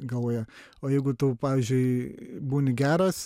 galvoje o jeigu tu pavyzdžiui būni geras